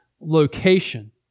location